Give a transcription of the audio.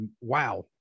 wow